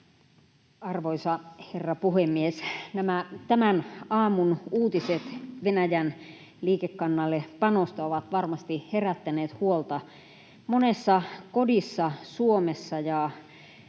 Arvoisa herra puhemies! Nämä tämän aamun uutiset Venäjän liikekannallepanosta ovat varmasti herättäneet huolta monessa kodissa Suomessa ja varsinkin